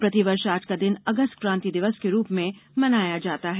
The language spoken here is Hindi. प्रतिवर्ष आज का दिन अगस्त क्रांति दिवस के रूप में मनाया जाता है